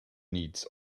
needs